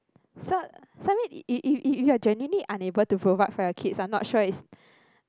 so I mean if you're genuinely unable to provide for your kids I'm not sure it's